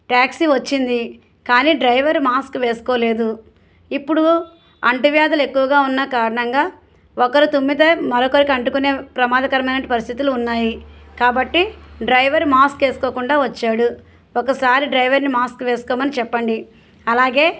taxi వచ్చింది కానీ driver mask వేసుకోలేదు ఇప్పుడు అంటువ్యాధులు ఎక్కువగా ఉన్న కారణంగా ఒకరు తుమ్మితే మరొకరికి అంటుకునే ప్రమాదకరమైనట్టు పరిస్థితులు ఉన్నాయి కాబట్టి డ్రైవర్ మాస్క్ వేసుకోకుండా వచ్చాడు కాబట్టి ఒకసారి డ్రైవర్ని మాస్క్ వేసుకోమని చెప్పండి అలాగే